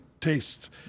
tastes